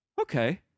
okay